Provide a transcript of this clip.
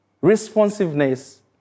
responsiveness